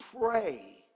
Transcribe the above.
pray